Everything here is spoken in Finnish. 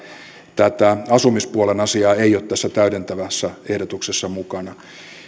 tätä asumispuolen asiaa ei ole tässä täydentävässä ehdotuksessa mukana